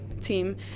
team